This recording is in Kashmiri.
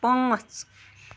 پانٛژھ